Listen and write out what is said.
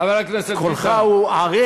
חבר הכנסת ביטן, קולך ערב